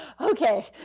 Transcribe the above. okay